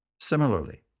Similarly